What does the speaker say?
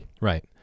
Right